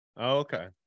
okay